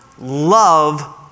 love